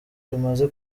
rimaze